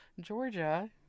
georgia